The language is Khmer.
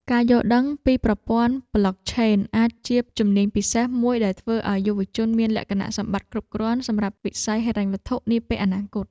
ការយល់ដឹងពីប្រព័ន្ធប្លុកឆេនអាចជាជំនាញពិសេសមួយដែលធ្វើឱ្យយុវជនមានលក្ខណៈសម្បត្តិគ្រប់គ្រាន់សម្រាប់វិស័យហិរញ្ញវត្ថុនាពេលអនាគត។